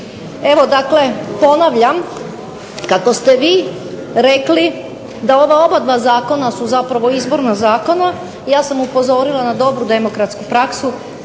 Evo dakle ponavljam, kako ste vi rekli da ova oba dva zakona su zapravo izborna zakona ja sam upozorila na dobru demokratsku praksu